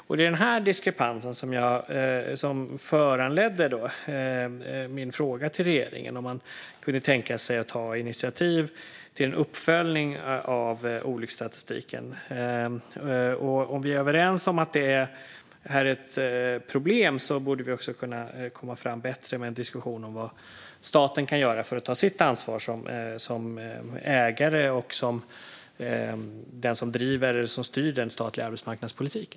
Det var denna diskrepans som föranledde min fråga till regeringen, om man kan tänka sig att ta initiativ till en uppföljning av olycksstatistiken. Om vi är överens om att detta är ett problem borde vi kunna komma fram bättre med en diskussion om vad staten kan göra för att ta sitt ansvar som ägare och som den som styr den statliga arbetsmarknadspolitiken.